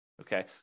Okay